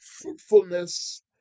fruitfulness